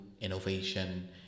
innovation